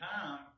time